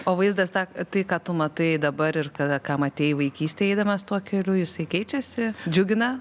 o vaizdas tą tai ką tu matai dabar ir kada ką matei vaikystėj eidamas tuo keliu jisai keičiasi džiugina